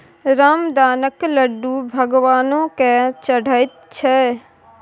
रामदानाक लड्डू भगवानो केँ चढ़ैत छै